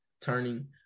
turning